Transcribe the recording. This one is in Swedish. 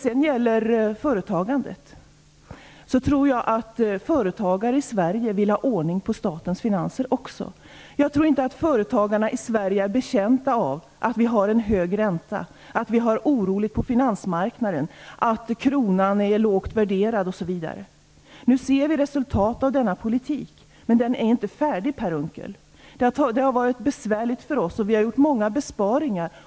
Vad gäller företagandet tror jag att också företagare i Sverige vill ha ordning på statens finanser. Jag tror inte att de är betjänta av att vi har en hög ränta, en orolig finansmarknad och en lågt värderad krona osv. Nu ser vi resultat av denna politik. Men den är inte färdig, Per Unckel. Det har varit besvärligt för oss Socialdemokrater. Vi har gjort många besparingar.